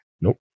Nope